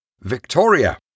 Victoria